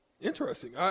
Interesting